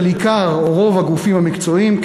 של עיקר או רוב הגופים המקצועיים,